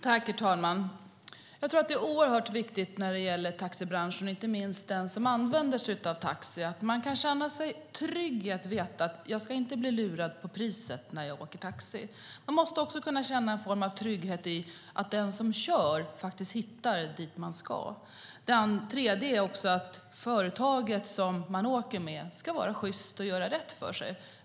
Herr talman! Det är oerhört viktigt när det gäller taxibranschen, inte minst för den som använder sig av taxi, att man kan känna sig trygg i att veta att man inte ska bli lurad på priset när man åker taxi. Man måste också kunna känna en form av trygghet i att den som kör hittar dit man ska. Det tredje är att företaget som man åker med ska vara sjyst och göra rätt för sig.